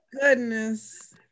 goodness